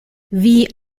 wie